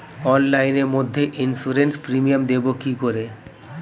অনলাইনে মধ্যে insurance premium দেবো কি করে?